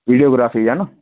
videography जा न